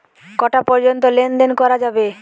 কটা পর্যন্ত লেন দেন করা যাবে?